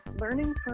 Learning